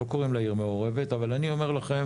לא קוראים לה עיר מעורבת אבל אני אומר לכם